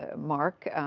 ah mark,